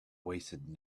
wasted